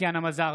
טטיאנה מזרסקי,